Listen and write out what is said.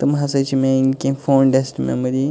تِم ہسا چھِ میٲنۍ کیٚنٛہہ فونٛڈَسٹہٕ میموری